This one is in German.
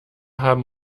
haben